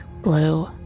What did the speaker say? blue